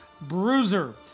Bruiser